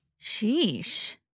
Sheesh